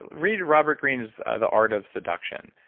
read robert greene's the art of seduction.